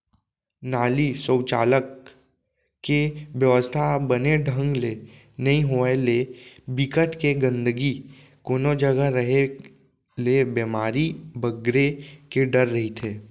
नाली, सउचालक के बेवस्था ह बने ढंग ले नइ होय ले, बिकट के गंदगी कोनो जघा रेहे ले बेमारी बगरे के डर रहिथे